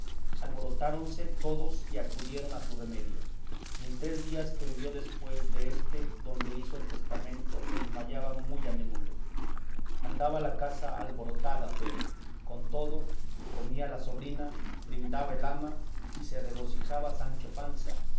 cama alborotáronse todos y acudieron a su remedio y en tres días que vivió después deste donde hizo el testamento se desmayaba muy a menudo andaba la casa alborotada pero con todo comía la